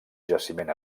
jaciment